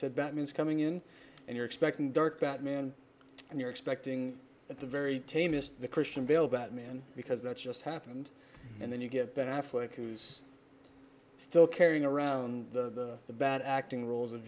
said that means coming in and you're expecting dark batman and you're expecting at the very tame is the christian bale batman because that's just happened and then you get ben affleck who's still carrying around the bad acting roles